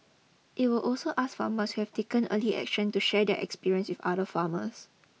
it will also ask farmers who have taken early action to share their experience with other farmers